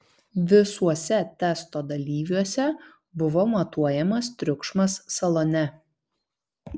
visuose testo dalyviuose buvo matuojamas triukšmas salone